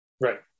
Right